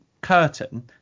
curtain